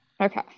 Okay